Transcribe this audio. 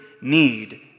need